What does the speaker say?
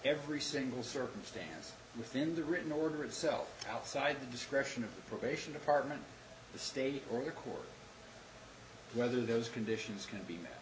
every single circumstance within the written order itself outside the discretion of the probation department the state or your court whether those conditions can be